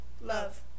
Love